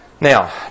Now